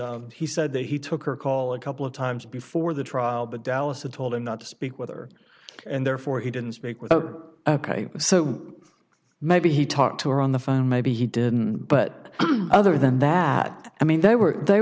dallas he said that he took her call a couple of times before the trial but dallas had told him not to speak with her and therefore he didn't speak with ok so maybe he talked to her on the phone maybe he didn't but other than that i mean they were they